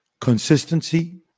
Consistency